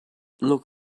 look